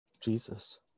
Jesus